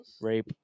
Rape